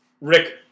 Rick